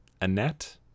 Annette